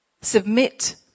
submit